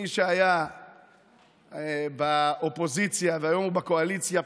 מי שהיה באופוזיציה והיום הוא בקואליציה,